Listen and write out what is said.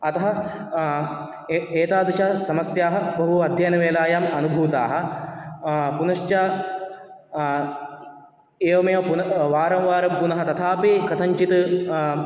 अतः एतादृशीसमस्याः बहु अध्ययनवेलायाम् अनुभूताः पुनश्च एवमेव पुन वारं वारं पुनः तथापि कथञ्चित्